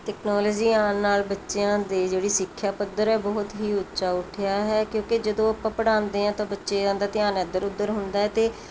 technology ਆਉਣ ਨਾਲ ਬੱਚਿਆਂ ਦੇ ਜਿਹੜੀ ਸਿੱਖਿਆ ਪੱਧਰ ਹੈ ਬਹੁਤ ਹੀ ਉੱਚਾ ਉੱਠਿਆ ਹੈ ਕਿਉਂਕਿ ਜਦੋਂ ਆਪਾਂ ਪੜਾਉਂਦੇ ਹਾਂ ਤਾਂ ਬੱਚਿਆਂ ਦਾ ਧਿਆਨ ਇੱਧਰ ਉਧਰ ਹੁੰਦਾ ਹੈ ਅਤੇ